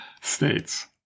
states